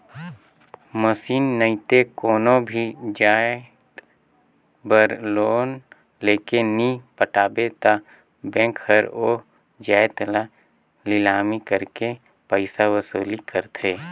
machine नइते कोनो भी जाएत बर लोन लेके नी पटाबे ता बेंक हर ओ जाएत ल लिलामी करके पइसा वसूली करथे